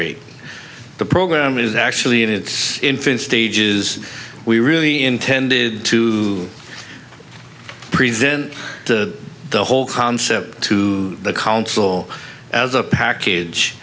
rate the program is actually in its infancy stages we really intended to present to the whole concept to the council as a package